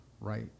right